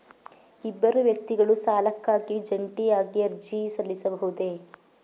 ಇಬ್ಬರು ವ್ಯಕ್ತಿಗಳು ಸಾಲಕ್ಕಾಗಿ ಜಂಟಿಯಾಗಿ ಅರ್ಜಿ ಸಲ್ಲಿಸಬಹುದೇ?